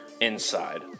inside